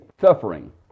suffering